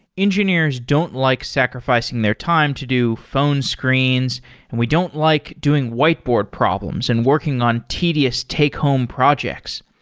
engineers don't like sacrificing their time to do phone screens and we don't like doing whiteboard problems and working on tedious take-home projects.